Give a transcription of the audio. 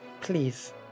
please